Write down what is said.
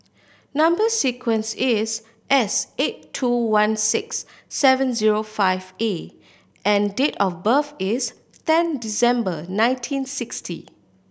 number sequence is S eight two one six seven zero five A and date of birth is ten December nineteen sixty